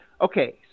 okay